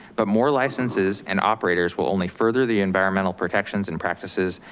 but more licenses and operators will only further the environmental protections and practices,